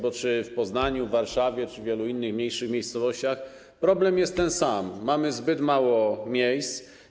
Bo czy w Poznaniu, w Warszawie czy w wielu innych mniejszych miejscowościach - problem jest ten sam, tzn. mamy zbyt mało miejsc.